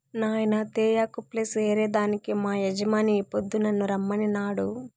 నాయినా తేయాకు ప్లస్ ఏరే దానికి మా యజమాని ఈ పొద్దు నన్ను రమ్మనినాడు